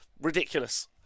ridiculous